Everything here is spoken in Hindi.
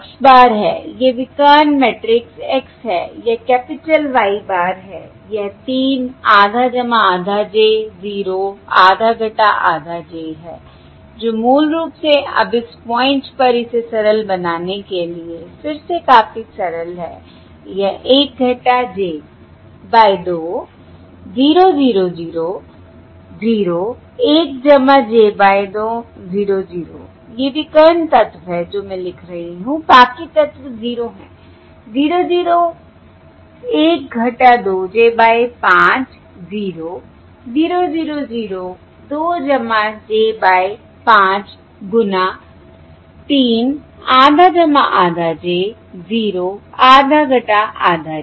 तो यह X bar है यह विकर्ण मैट्रिक्स X है यह कैपिटल Y bar है यह 3 आधा आधा j 0 आधा आधा j है जो मूल रूप से अब इस पॉइंट पर इसे सरल बनाने के लिए फिर से काफी सरल है यह 1 j बाय 2 0 0 0 0 1 j बाय 2 0 0 ये विकर्ण तत्व हैं जो मैं लिख रही हूं बाकी तत्व 0 है 0 01 2 j बाय 5 0 0 0 0 2 j बाय 5 गुणा 3 आधा आधा j 0 आधा आधा j